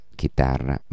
chitarra